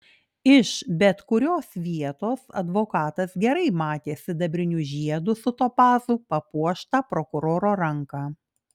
iš bet kurios vietos advokatas gerai matė sidabriniu žiedu su topazu papuoštą prokuroro ranką